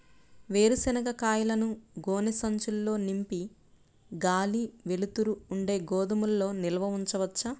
వేరుశనగ కాయలను గోనె సంచుల్లో నింపి గాలి, వెలుతురు ఉండే గోదాముల్లో నిల్వ ఉంచవచ్చా?